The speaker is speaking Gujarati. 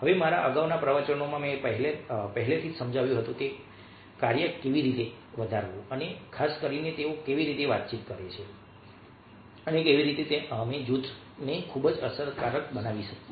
હવે મારા અગાઉના પ્રવચનોમાં મેં પહેલેથી જ સમજાવ્યું છે કે કાર્ય કેવી રીતે વધારવું અને ખાસ કરીને તેઓ કેવી રીતે વાતચીત કરે છે અને કેવી રીતે અમે જૂથને ખૂબ અસરકારક બનાવી શકીએ